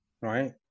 right